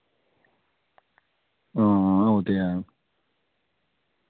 आं ओह् ते ऐ